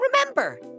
remember